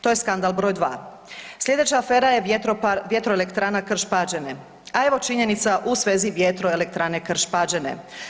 To je skandal br. 2. Sljedeća afera je vjetroelektrane Krš-Pađene, a evo činjenica u svezi vjetroelektrane Krš-Pađene.